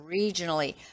regionally